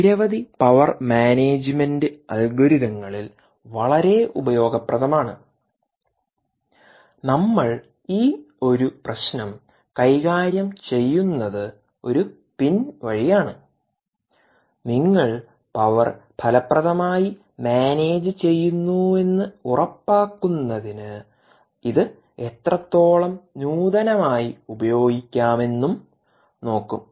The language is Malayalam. നിരവധി പവർ മാനേജുമെന്റ് അൽഗോരിതങ്ങളിൽ വളരെ ഉപയോഗപ്രദമാണ് നമ്മൾ ഈ ഒരു പ്രശ്നം കൈകാര്യം ചെയ്യുന്നത് ഒരു പിൻ വഴി ആണ് നിങ്ങൾ പവർ ഫലപ്രദമായി മാനേജുചെയ്യുന്നുവെന്ന് ഉറപ്പാക്കുന്നതിന് ഇത് എത്രത്തോളം നൂതനമായി ഉപയോഗിക്കാമെന്നും നോക്കും